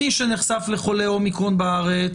מי שנחשף לחולה אומיקרון בארץ,